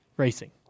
racing